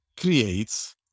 creates